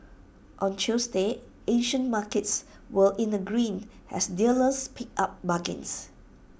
on Tuesday Asian markets were in the green as dealers picked up bargains